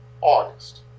August